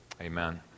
Amen